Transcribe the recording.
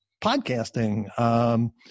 podcasting